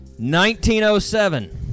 1907